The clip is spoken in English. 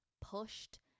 pushed